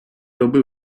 роби